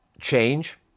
change